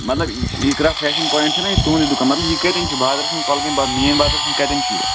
مطلب یہِ چھِ اِقرا فیشَن پویِںٛٹ چھُنہ ییٚتہِ تُہُنٛدُے دُکان مطلب یہِ کَتٮ۪ن چھِ بازرَس منٛز کۄلگٲمۍ بہ مین بازرَس منٛز کَتٮ۪ن چھُ یہِ